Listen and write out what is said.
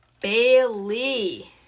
Bailey